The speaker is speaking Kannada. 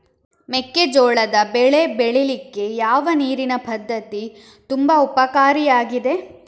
ಮೆಕ್ಕೆಜೋಳದ ಬೆಳೆ ಬೆಳೀಲಿಕ್ಕೆ ಯಾವ ನೀರಿನ ಪದ್ಧತಿ ತುಂಬಾ ಉಪಕಾರಿ ಆಗಿದೆ?